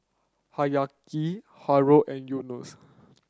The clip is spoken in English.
Haryati Haron and Yunos